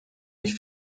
ich